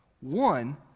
One